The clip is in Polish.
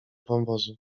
wąwozu